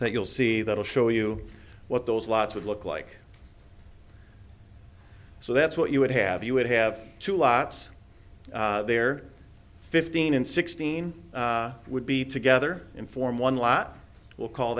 that you'll see that will show you what those lots would look like so that's what you would have you would have two lots there fifteen and sixteen would be together in form one lot will call